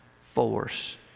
force